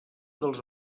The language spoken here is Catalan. dels